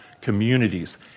communities